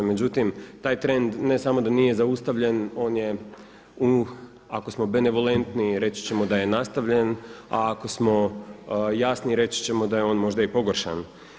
Međutim, taj trend ne samo da nije zaustavljen, on je ako smo benevolentni, reći ćemo da je nastavljen, a ako smo jasni reći ćemo da je on možda i pogoršan.